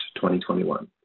2021